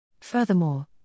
Furthermore